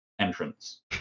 entrance